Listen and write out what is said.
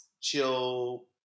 chill